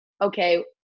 okay